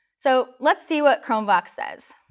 so let's see what chromevox says.